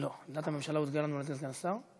עמדת הממשלה הוצגה לנו על-ידי סגן השר?